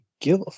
give